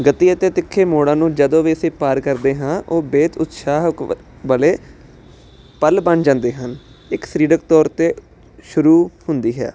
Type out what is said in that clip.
ਗਤੀ ਅਤੇ ਤਿੱਖੇ ਮੋੜਾਂ ਨੂੰ ਜਦੋਂ ਵੀ ਅਸੀਂ ਪਾਰ ਕਰਦੇ ਹਾਂ ਉਹ ਬੇਤ ਉਤਸ਼ਾਹਕ ਵ ਵਾਲੇ ਪਲ ਬਣ ਜਾਂਦੇ ਹਨ ਇੱਕ ਸਰੀਰਕ ਤੌਰ 'ਤੇ ਸ਼ੁਰੂ ਹੁੰਦੀ ਹੈ